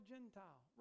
Gentile